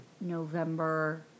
November